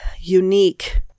unique